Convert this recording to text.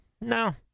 No